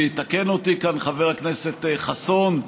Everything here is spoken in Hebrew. ויתקן אותי חבר הכנסת חסון,